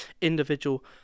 individual